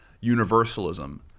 universalism